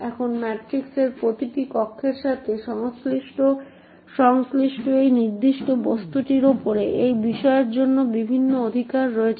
এখন ম্যাট্রিক্সের প্রতিটি কক্ষের সাথে সংশ্লিষ্ট সেই নির্দিষ্ট বস্তুটির উপর সেই বিষয়ের জন্য বিভিন্ন অধিকার রয়েছে